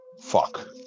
fuck